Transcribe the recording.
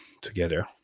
together